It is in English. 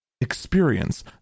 experience